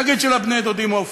נגיד של בני-הדודים עופר.